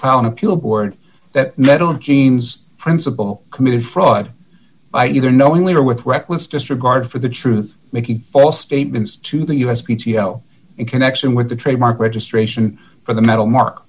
an appeal board that metal jeems principle committed fraud by either knowingly or with reckless disregard for the truth making false statements to the us p t o in connection with the trademark registration for the metal mark